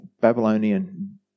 Babylonian